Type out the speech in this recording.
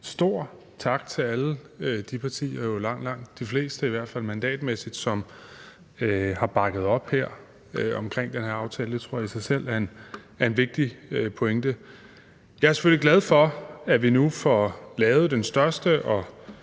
stor tak til alle de partier – jo i hvert fald langt, langt de fleste mandatmæssigt – som her har bakket op omkring den her aftale. Det tror jeg i sig selv er en vigtig pointe. Jeg er selvfølgelig glad for, at vi nu får lavet den største og